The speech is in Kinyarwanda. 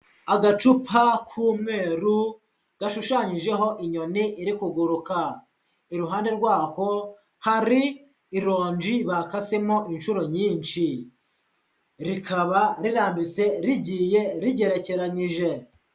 Agacupa k'umweru, gashushanyijeho inyoni iri kuguruka, iruhande rwako, hari ironji bakasemo inshuro nyinshi, rikaba rirambitse, rigiye rigerekeranyije.